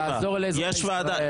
לעזור לזה --- יש ועדה.